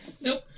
Nope